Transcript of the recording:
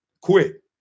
Quit